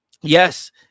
yes